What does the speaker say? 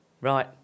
Right